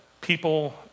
people